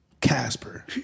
Casper